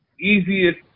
easiest